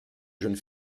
jeune